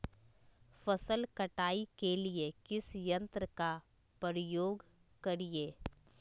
फसल कटाई के लिए किस यंत्र का प्रयोग करिये?